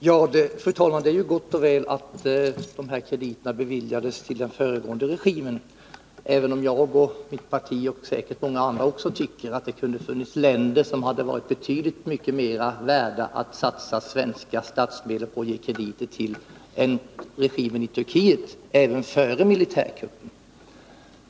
Fru talman! Det är ju gott och väl att krediterna beviljades till den föregående regimen, även om jag och mitt parti och säkert också många andra tycker att det finns länder som hade varit betydligt mera värda att satsa svenska statsmedel på och ge krediter till än Turkiet, även före militärkuppen.